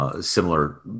similar